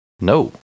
No